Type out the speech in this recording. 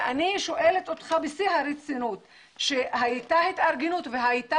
ואני שואלת אותך בשיא הרצינות - שהייתה התארגנות והייתה